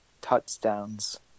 touchdowns